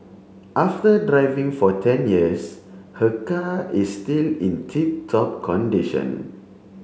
after driving for ten years her car is still in tip top condition